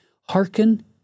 Hearken